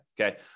Okay